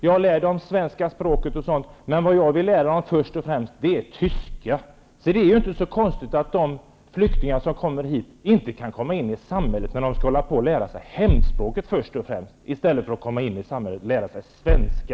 Jag lär dem svenska språket m.m., men det jag vill lära dem först och främst är tyska. Det är inte så konstigt att de flyktingar som kommer hit inte kan komma in i samhället när de skall lära sig hemspråket först och främst, i stället för att komma in i samhället och lära sig svenska.